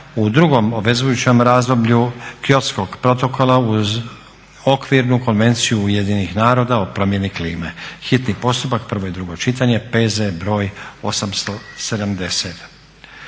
u drugom obvezujućem razdoblju Kyotskog protokola uz Okvirnu konvenciju Ujedinjenih naroda o promjeni klime, hitni postupak, prvo i drugo čitanje, P.Z. br. 870;